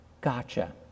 Gotcha